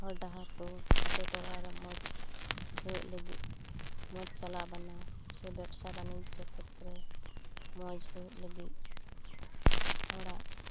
ᱦᱚᱨ ᱰᱟᱦᱟᱨ ᱠᱚ ᱟᱛᱳ ᱴᱚᱞᱟ ᱨᱮ ᱢᱚᱡᱽ ᱦᱩᱭᱩᱜ ᱞᱟᱹᱜᱤᱫ ᱢᱚᱡᱽ ᱪᱟᱞᱟᱜ ᱵᱟᱱᱟ ᱥᱮ ᱵᱮᱵᱽᱥᱟ ᱵᱟᱹᱱᱤᱡᱽᱡᱚ ᱠᱷᱮᱛᱨᱮ ᱢᱚᱡ ᱦᱩᱭᱩᱜ ᱞᱟᱹᱜᱤᱫ ᱦᱚᱲᱟᱜ